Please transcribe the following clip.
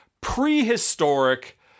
prehistoric